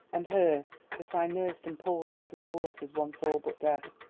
and her that i nursed and pulled out of the waters once all but dead.